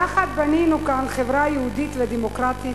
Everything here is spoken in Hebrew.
יחד בנינו כאן חברה יהודית ודמוקרטית,